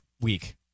week